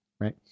Right